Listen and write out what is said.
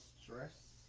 stress